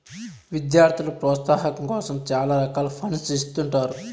విద్యార్థుల ప్రోత్సాహాం కోసం చాలా రకాల ఫండ్స్ ఇత్తుంటారు